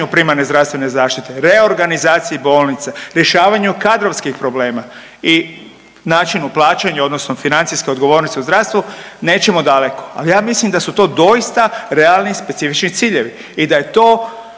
primarne zdravstvene zaštite, reorganizaciji bolnica, rješavanju kadrovskih problema i načinu plaćanja odnosno financijske odgovornosti u zdravstvu nećemo daleko. A ja mislim da su to doista realni i specifični ciljevi i da je to